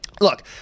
Look